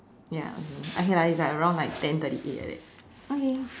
ya okay okay okay lah it's round ten thirty eight like that okay